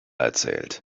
erzählt